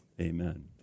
amen